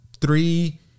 three